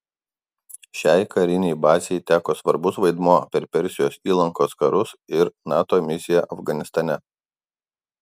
šiai karinei bazei teko svarbus vaidmuo per persijos įlankos karus ir nato misiją afganistane